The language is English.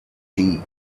tea